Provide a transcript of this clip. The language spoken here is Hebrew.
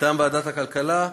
מטעם ועדת הכלכלה,